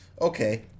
Okay